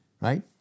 Right